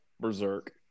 Berserk